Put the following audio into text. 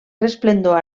resplendor